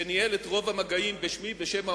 שניהל את רוב המגעים בשמי,